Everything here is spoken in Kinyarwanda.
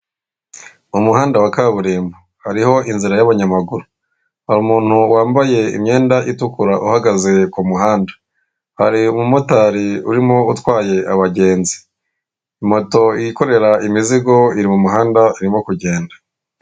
Mu muhanda wa kaburimbo, hariho inzira y'abanyamaguru, hari umuntu wambaye imyenda itukura uhagaze ku muhanda, hari umumotari urimo utwaye abagenzi, moto yikorera imizigo iri mu muhanda irimo kugenda.